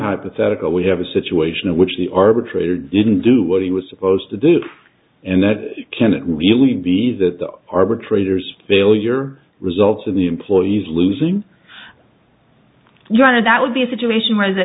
hypothetical we have a situation in which the arbitrator didn't do what he was supposed to do and that can it really be that the arbitrators failure results in the employees losing your honor that would be a situation where the